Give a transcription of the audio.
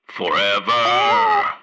Forever